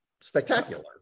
spectacular